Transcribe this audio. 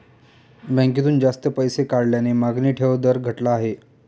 बँकेतून जास्त पैसे काढल्याने मागणी ठेव दर घटला आहे